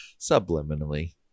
Subliminally